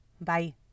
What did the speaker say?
Bye